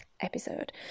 episode